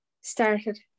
started